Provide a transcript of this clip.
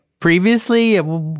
Previously